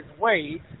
weight